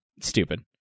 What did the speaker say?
stupid